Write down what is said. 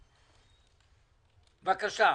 בבקשה.